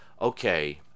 Okay